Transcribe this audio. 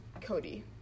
Cody